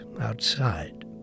outside